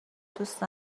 دوست